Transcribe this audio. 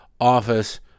Office